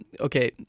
okay